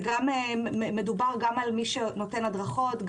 מדובר גם על מי שנותן הדרכות,